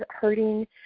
hurting